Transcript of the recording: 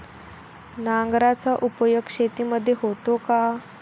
नांगराचा उपयोग शेतीमध्ये होतो का?